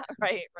right